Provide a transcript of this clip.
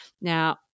Now